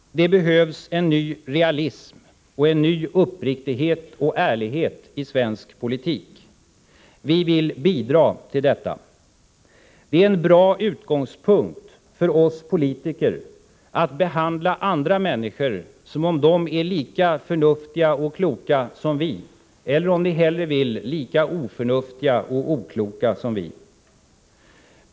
Det behövs en ny realism och en ny uppriktighet och ärlighet i svensk politik. Vi vill bidra till att skapa detta. Det är en bra utgångspunkt för oss politiker att behandla andra människor som om de vore lika förnuftiga och kloka som vi eller — om ni hellre vill se det så — lika oförnuftiga och okloka som vi.